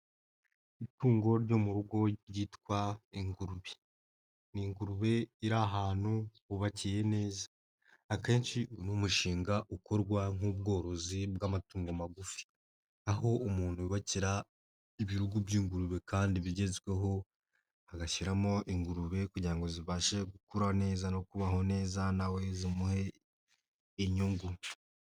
Itungo ryo mu rugo ryitwa ingurube. Ni ingurube iri ahantu hubakiye neza. Akenshi ni umushinga ukorwa nk'ubworozi bw'amatungo magufi. Aho umuntu yubakira ibirugu by'ingurube kandi bigezweho, agashyiramo ingurube kugira ngo zibashe gukura neza no kubaho neza na we zimuhe inyungu.